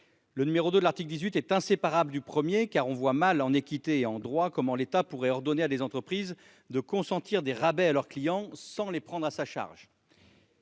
Le 2° de l'article 18 est inséparable du 1°, car on voit mal, en équité et en droit, comment l'État pourrait ordonner à des entreprises de consentir des rabais à leurs clients sans les prendre à sa charge.